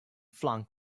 flung